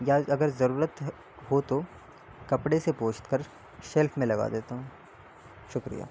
یا اگر ضرورت ہو تو کپڑے سے پوچھ کر شیلف میں لگا دیتا ہوں شکریہ